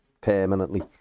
permanently